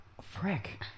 frick